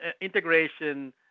integration